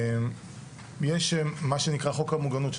יש מה שנקרא חוק המוגנות,